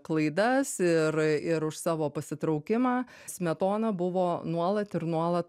klaidas ir ir už savo pasitraukimą smetona buvo nuolat ir nuolat